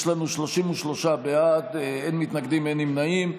יש לנו 33 בעד, אין מתנגדים, אין נמנעים.